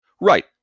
Right